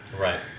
Right